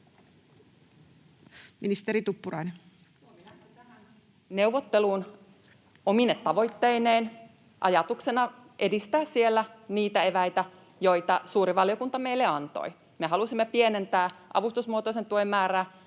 Ministeri Tuppurainen. Suomi lähti tähän neuvotteluun omine tavoitteineen ajatuksena edistää siellä niitä eväitä, joita suuri valiokunta meille antoi. Me halusimme pienentää avustusmuotoisen tuen määrää,